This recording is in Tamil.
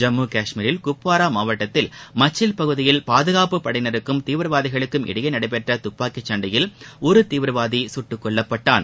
ஜம்மு காஷ்மீரில் குப்வாரா மாவட்டத்தில் மச்சில் பகுதியில் பாதுகாப்பு படையினருக்கும் தீவிரவாதிகளுக்கும் இடையே நடைபெற்ற துப்பாக்கிச் சண்டையில் ஒரு தீவிரவாதி சுட்டுக்கொல்லப்பட்டான்